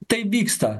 tai vyksta